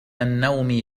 النوم